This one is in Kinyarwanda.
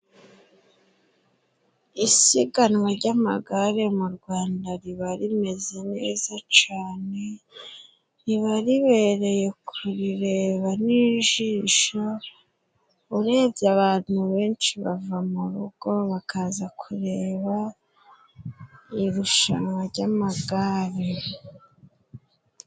Isiganwa ry'amagare mu Rwanda riba rimeze neza cane, riba ribereye kurireba n'ijisho, urebye abantu benshi bava mu rugo bakaza kureba irushanwa jy'amagare.